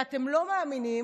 אתם לא מאמינים.